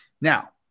Now